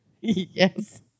yes